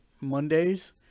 Mondays